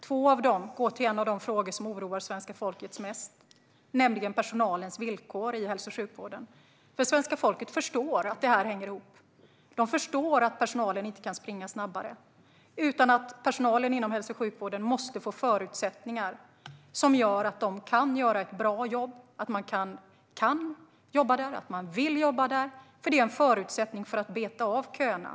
Två av dessa miljarder går till något av det som oroar svenska folket mest, nämligen personalens villkor i hälso och sjukvården. Svenska folket förstår att detta hänger ihop. Man förstår att personalen inte kan springa snabbare utan att personalen inom hälso och sjukvården måste få förutsättningar som gör att de kan göra ett bra jobb och kan och vill jobba där, för det är en förutsättning för att beta av köerna.